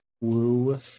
woo